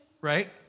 Right